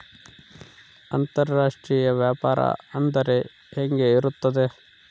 ಅಂತರಾಷ್ಟ್ರೇಯ ವ್ಯಾಪಾರ ಅಂದರೆ ಹೆಂಗೆ ಇರುತ್ತದೆ?